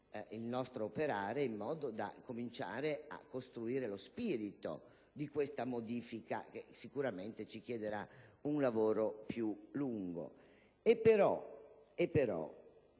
il nostro operare in modo da cominciare a costruire lo spirito di questa modifica che sicuramente ci chiederà un lavoro più lungo.